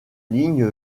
ligne